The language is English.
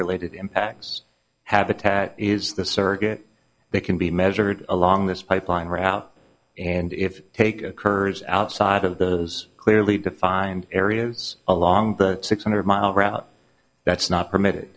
related impacts habitat is the circuit they can be measured along this pipeline route and if take occurs outside of those clearly defined areas along the six hundred mile route that's not permitted